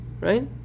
right